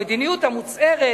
המדיניות המוצהרת,